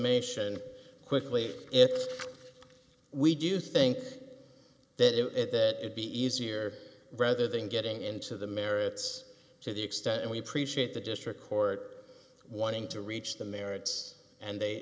mation quickly if we do think that at that it be easier rather than getting into the merits to the extent and we appreciate the district court wanting to reach the merits and they